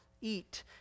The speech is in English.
eat